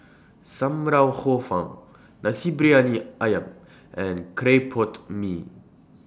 SAM Lau Hor Fun Nasi Briyani Ayam and Clay Pot Mee